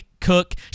cook